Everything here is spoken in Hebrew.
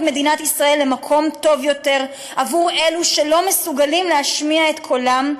מדינת ישראל למקום טוב יותר עבור אלו שלא מסוגלים להשמיע את קולם,